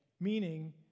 meaning